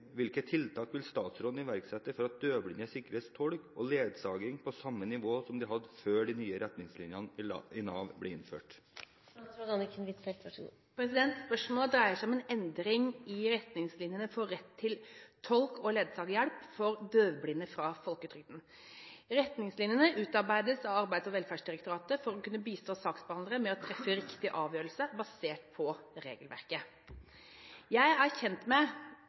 statsråden iverksette for at døvblinde sikres tolk og ledsaging på samme nivå som de hadde før de nye retningslinjene i Nav ble innført?» Spørsmålet dreier seg om en endring i retningslinjene for rett til tolk og ledsagerhjelp fra folketrygden for døvblinde. Retningslinjene utarbeides av Arbeids- og velferdsdirektoratet for å bistå saksbehandlerne med å treffe riktige avgjørelser basert på regelverket. Jeg er kjent med